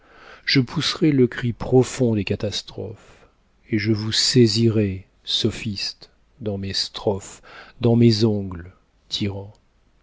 je pousserai le cri profond des catastrophes et je vous saisirai sophistes dans mes strophes dans mes ongles tyrans